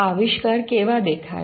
આવિષ્કાર કેવા દેખાય